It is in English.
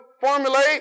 formulate